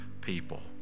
people